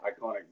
iconic